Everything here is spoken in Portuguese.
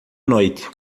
noite